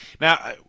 now